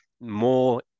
more